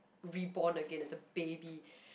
reborn again as a baby